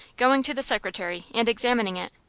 going to the secretary, and examining it.